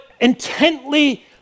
intently